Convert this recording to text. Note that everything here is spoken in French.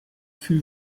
fut